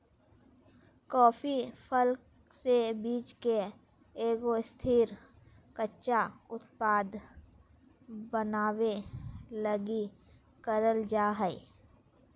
coffee फल से बीज के एगो स्थिर, कच्चा उत्पाद बनाबे लगी करल जा हइ